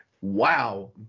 Wow